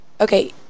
okay